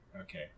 Okay